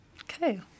Okay